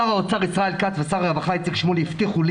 שר האוצר ישראל כץ ושר הרווחה איציק שמולי הבטיחו לי